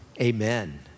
Amen